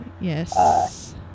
Yes